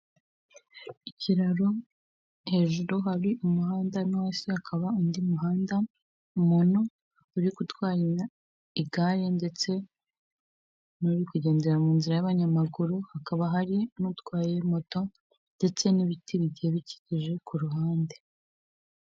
Ikiraro hejuru hari umuhanda no hasi hakaba undi muhanda, umuntu uri gutwara igare ndetse n'uri kugendera mu nzira y'abanyamaguru, hakaba hari n'utwaye moto ndetse n'ibiti bigiye bikikije ku ruhande.